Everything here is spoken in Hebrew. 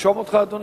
לרשום אותך, אדוני?